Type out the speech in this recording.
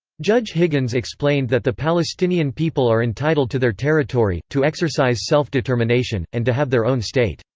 judge higgins explained that the palestinian people are entitled to their territory, to exercise self-determination, and to have their own state.